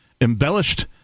embellished